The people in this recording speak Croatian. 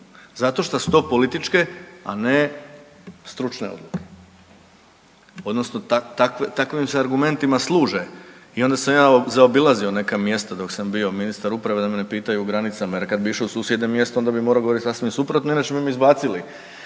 zato što su to političke, a ne stručne odluke, odnosno takvim se argumentima služe i onda sam ja zaobilazio neka mjesta dok sam bio ministar uprave da me ne pitaju o granicama jer kad bi išao u susjedno mjesto, onda bi morao govoriti sasvim suprotno inače bi me izbacili